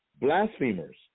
blasphemers